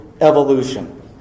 evolution